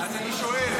אני שואל,